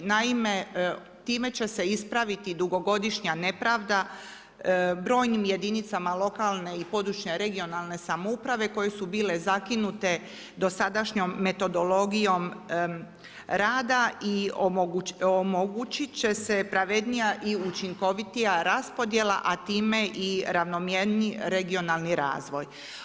Naime, time će se ispraviti dugogodišnja nepravda brojnim jedinicama lokalne i područne (regionalne) samouprave koje su bile zakinute dosadašnjom metodologijom rada i omogućit će se pravednija i učinkovitija raspodjela, a time i ravnomjerniji regionalni razvoj.